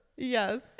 Yes